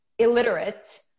illiterate